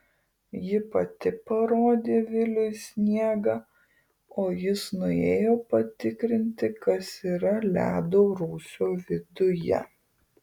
ji pati parodė viliui sniegą o jis nuėjo patikrinti kas yra ledo rūsio viduje